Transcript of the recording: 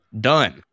done